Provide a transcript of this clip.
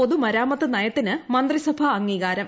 പൊതുമരാമത്ത് നയത്തിന് മന്ത്രിസഭാ അംഗീകാരം